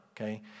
okay